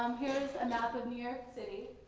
um here map of new york city.